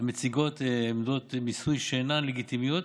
המציגות עמדות מיסוי שאינן לגיטימיות